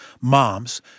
moms